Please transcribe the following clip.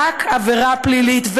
רק עבירה פלילית,